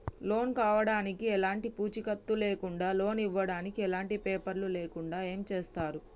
Loan కావడానికి ఎలాంటి పూచీకత్తు లేకుండా లోన్ ఇవ్వడానికి ఎలాంటి పేపర్లు లేకుండా ఏం చేస్తారు?